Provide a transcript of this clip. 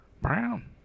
brown